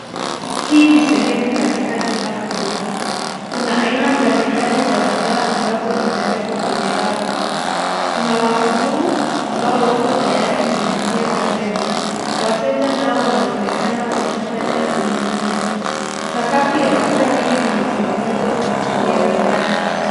Hii ni sehemu katika duka kubwa. Kuna aina mbalimbali za bidhaa ambazo zimewekwa kwenye rafu. Kuna wahudumu ambao wako tayari kuhudumia wateja. Wateja nao wanaonekana wakifanya ununuzi. Sakafu ya duka hili limetengenezwa kwa kutumia vigae.